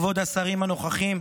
כבוד השרים הנוכחים,